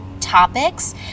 topics